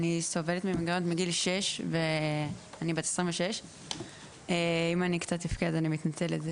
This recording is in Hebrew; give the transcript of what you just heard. אני סובלת ממיגרנות מגיל 6 ואני בת 26. אם אני קצת אבכה אז אני מתנצלת,